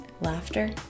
laughter